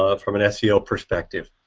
ah from an seo perspective.